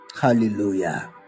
Hallelujah